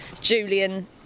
Julian